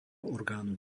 orgánu